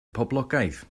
poblogaidd